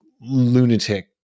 lunatic